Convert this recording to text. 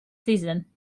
season